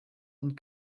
und